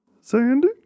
Sandy